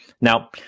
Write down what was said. Now